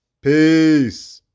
Peace